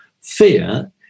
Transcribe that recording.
fear